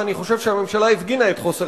ואני חושב שהממשלה הפגינה את חוסר